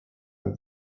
and